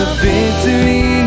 victory